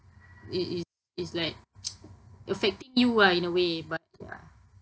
it it it's like affecting you uh in a way but ya